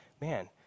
man